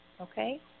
Okay